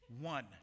one